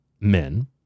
men